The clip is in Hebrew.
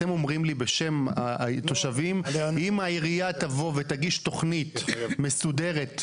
אתם אומרים לי בשם התושבים שאם העירייה תבוא ותגיש תוכנית מסודרת,